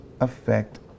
affect